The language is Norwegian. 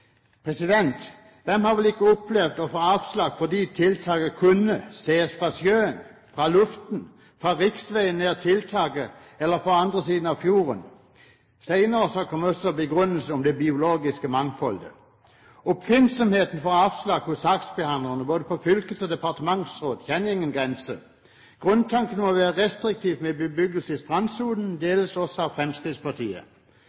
Hvem har vel ikke opplevd å få avslag fordi tiltaket kunne ses fra sjøen, fra luften, fra riksvegen nær tiltaket eller fra den andre siden av fjorden? Senere kom også begrunnelsen om det biologiske mangfoldet. Oppfinnsomheten når det gjelder avslag hos saksbehandlerne både på fylkesnivå og på departementsnivå, kjenner ingen grenser. Grunntanken om å være restriktiv med bebyggelse i